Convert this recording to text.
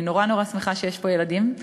אני נורא נורא שמחה שיש פה ילדים.